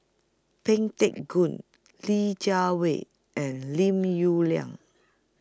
Pang Teck Joon Li Jiawei and Lim Yong Liang